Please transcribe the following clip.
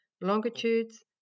longitudes